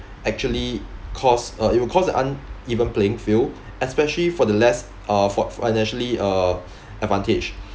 actually cause uh it will cause a uneven playing field especially for the less uh for financially uh advantage